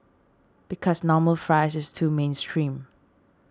because normal fries is too mainstream